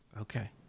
Okay